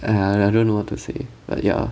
!aiya! I I don't know what to say but ya